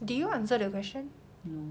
did you answer the question